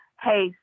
hey